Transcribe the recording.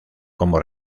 como